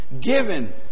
Given